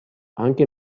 anche